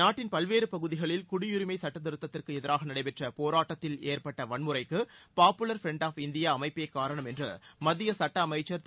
நாட்டின் பல்வேறு பகுதிகளில் குடியுரிமை சட்டத் திருத்தத்திற்கு எதிராக நடைபெற்ற போராட்டத்தில் ஏற்பட்ட வன்முறைக்கு பாப்புலர் ஃபிரண்ட் ஆப் இந்தியா அமைப்பே காரணம் என்று மத்திய சுட்ட அமைச்சர் திரு